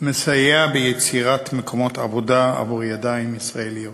מסייע ביצירת מקומות עבודה עבור ידיים ישראליות.